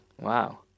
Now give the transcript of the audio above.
Wow